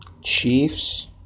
Chiefs